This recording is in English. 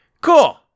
Cool